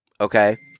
okay